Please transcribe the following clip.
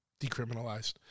decriminalized